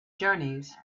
journeys